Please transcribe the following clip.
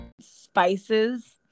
Spices